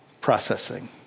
processing